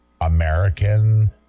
American